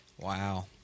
Wow